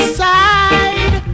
side